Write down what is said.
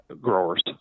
growers